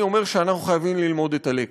אני אומר שאנחנו חייבים ללמוד את הלקח,